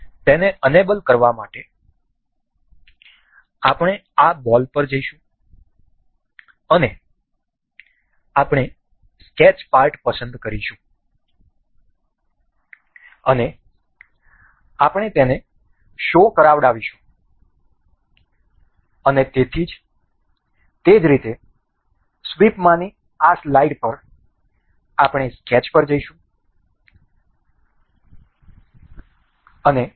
તેને એનેબલ કરવા માટે આપણે આ બોલ પર જઈશું અને આપણે સ્કેચ ભાગ પસંદ કરીશું અને આપણે તેને શો કરાવડાવીશું અને તે જ રીતે સ્વીપમાંની આ સ્લાઇડ પર આપણે સ્કેચ પર જઈશું